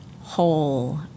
whole